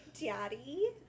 daddy